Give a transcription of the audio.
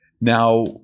Now